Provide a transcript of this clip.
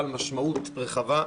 בעל משמעות רחבה,